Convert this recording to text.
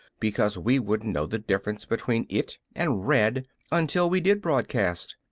because we wouldn't know the difference between it and red until we did broadcast.